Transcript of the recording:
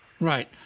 Right